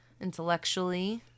intellectually